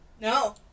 No